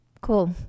Cool